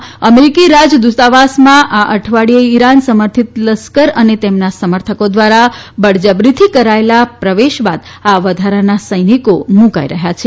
બગદાદમાં અમેરીકી રાજદુતવાસમાં આ અઠવાડીયે ઇરાન સમર્થિત લશ્કર અને તેમના સમર્થકો ધ્વારા બળજબરીથી કરાયેલા પ્રવેશ બાદ આ વધારાના સૈનિકો મુકાઇ રહથાં છે